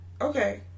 Okay